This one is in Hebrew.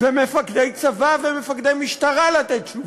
ומפקדי צבא ומפקדי משטרה לתת תשובות.